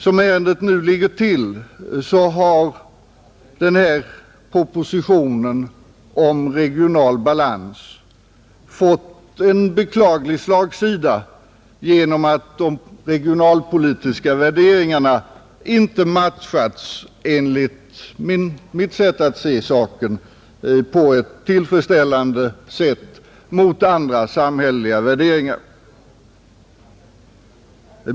Som ärendet nu ligger till har den här propositionen om regional balans fått en beklaglig slagsida genom att de regionalpolitiska värderingarna — enligt mitt sätt att se saken — inte matchats på ett tillfredsställande sätt mot andra samhälleliga värderingar.